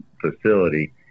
facility